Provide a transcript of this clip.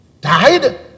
died